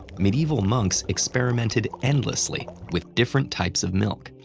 medieval monks experimented endlessly with different types of milk,